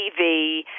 TV